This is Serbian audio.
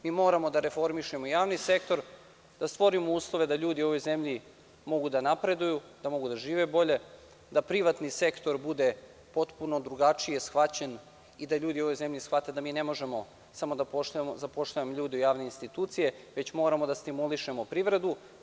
Mi moramo da reformišemo javni sektor, da stvorimo uslove da ljudi u ovoj zemlji mogu da napreduju, da mogu da žive bolje, da privatni sektor bude potpuno drugačije shvaćen i da ljudi u ovojzemlji shvate da mi ne možemo samo da zapošljavamo ljude u javne institucije, već moramo da stimulišemo privredu.